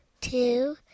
two